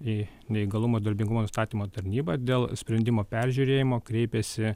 į neįgalumo darbingumo nustatymo tarnybą dėl sprendimo peržiūrėjimo kreipėsi